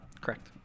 Correct